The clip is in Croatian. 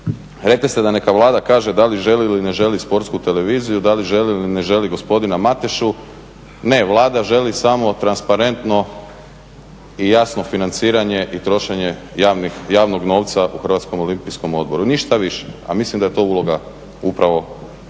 rekli ste da neka Vlada kaže da li želi ili ne želi Sportsku televiziju, da li želi ili ne želi gospodina Matešu, ne Vlada želi samo transparentno i jasno financiranje i trošenje javnog novca u Hrvatskom olimpijskom odboru ništa više, a mislim da je to uloga upravo,